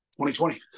2020